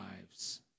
lives